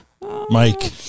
mike